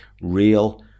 real